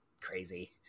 Crazy